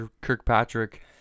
Kirkpatrick